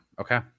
Okay